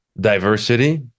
diversity